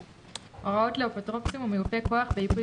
הוראות לאפוטרופוסים ומיופי כוח בייפוי